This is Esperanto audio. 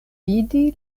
vidi